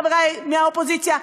חברי מהאופוזיציה,